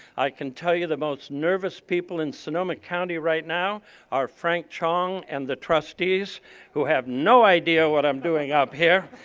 i can tell you the most nervous people in sonoma county right now are frank chong and the trustees who have no idea what i'm doing up here.